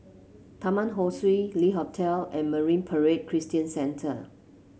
Taman Ho Swee Le Hotel and Marine Parade Christian Centre